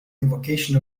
invocation